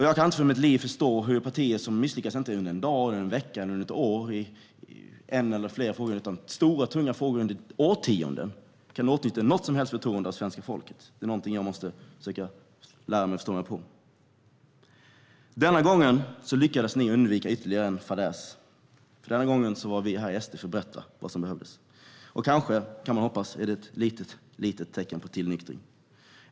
Jag kan inte för mitt liv förstå hur partier som misslyckas i en eller flera stora, tunga frågor - inte under en dag, en vecka eller ett år utan under årtionden - kan åtnjuta något som helst förtroende hos svenska folket. Det är något jag måste försöka lära mig att förstå mig på. Den här gången lyckades ni undvika ytterligare en fadäs. Den här gången var vi i SD här för att berätta vad som behövdes. Kanske - kan man hoppas - är det ett litet tecken på tillnyktring.